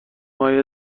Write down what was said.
مایع